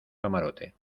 camarote